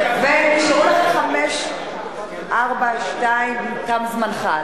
ונשארו לך חמש, ארבע, שתיים, תם זמנך.